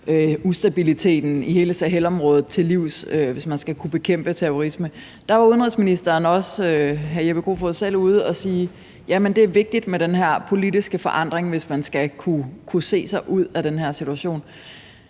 ustabiliteten i hele Sahelområdet til livs, hvis man skal kunne bekæmpe terrorisme, var udenrigsministeren også selv ude at sige, at det er vigtigt med den her politiske forandring, hvis man skal kunne se sig ud af den her situation.